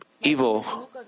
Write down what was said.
evil